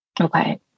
Okay